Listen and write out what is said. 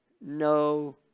no